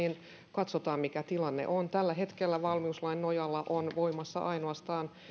katsotaan mikä tilanne on tällä hetkellä valmiuslain nojalla on voimassa ainoastaan